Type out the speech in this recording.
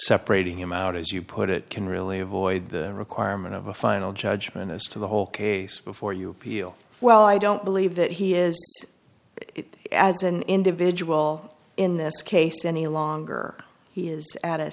separating him out as you put it can really avoid the requirement of a final judgment as to the whole case before you appeal well i don't believe that he is it as an individual in this case any longer he is at a